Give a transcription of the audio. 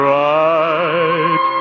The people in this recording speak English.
right